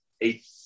eight